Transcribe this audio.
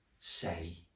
say